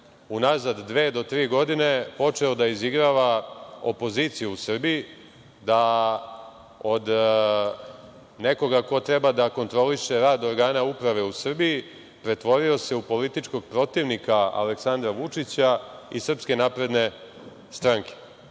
unazad dve do tri godine počeo da izigrava opoziciju u Srbiji, da od nekoga ko treba da kontroliše rad organa uprave u Srbiji pretvorio se u političkog protivnika Aleksandra Vučića i SNS. I nije mu se